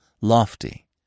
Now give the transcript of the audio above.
lofty